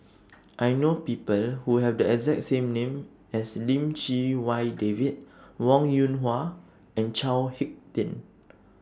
I know People Who Have The exact same name as Lim Chee Wai David Wong Yoon Wah and Chao Hick Tin